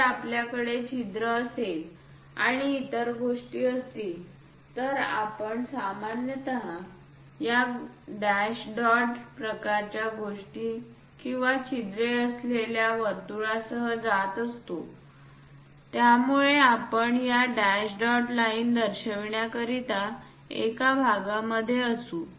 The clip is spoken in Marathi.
जर आपल्याकडे छिद्र असेल आणि इतर गोष्टी असतील तर आपण सामान्यत या डॅश डॉट प्रकारच्या गोष्टी किंवा छिद्रे असलेल्या वर्तुळासह जात असतो ज्यामुळे आपण या डॅश डॉट लाइन दर्शविण्याकरिता एका भागामध्ये असू